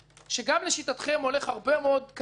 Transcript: שגם לשיטתם הולך הרבה מאוד קדימה.